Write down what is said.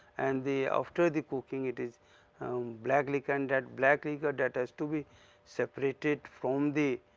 and the after the cooking it is um black liquor and that black liquor that has to be separated from the,